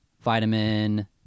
Vitamin